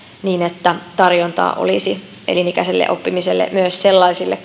niin että tarjontaa olisi elinikäiselle oppimiselle myös sellaisille